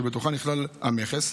שבתוכה נכלל המכס,